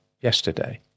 yesterday